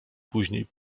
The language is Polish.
później